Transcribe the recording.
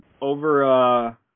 over